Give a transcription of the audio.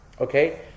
Okay